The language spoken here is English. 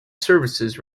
services